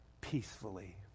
peacefully